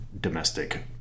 domestic